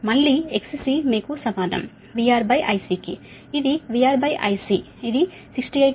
మళ్ళీ XC మీకు సమానం VRIC ఇది VRIC ఇది 68